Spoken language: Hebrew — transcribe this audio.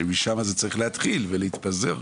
בה הכול אמור להתחיל ומשם זה צריך להתפזר.